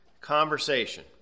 conversation